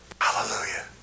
Hallelujah